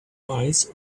rice